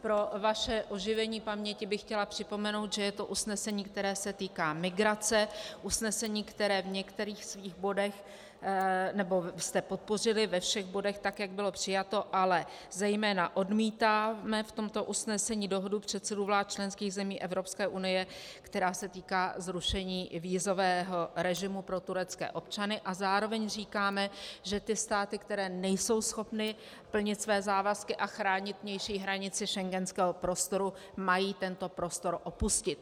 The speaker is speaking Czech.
Pro oživení vaší paměti bych chtěla připomenout, že je to usnesení, které se týká migrace, usnesení, které v některých svých bodech nebo které jste podpořili ve všech bodech, tak jak bylo přijato, ale zejména odmítáme v tomto usnesení dohodu předsedů vlád členských zemí Evropské unie, která se týká zrušení vízového režimu pro turecké občany, a zároveň říkáme, že ty státy, které nejsou schopny plnit své závazky a chránit vnější hranice schengenského prostoru, mají tento prostor opustit.